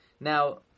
Now